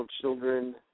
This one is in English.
children